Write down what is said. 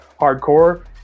hardcore